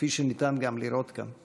כפי שניתן לראות גם כאן.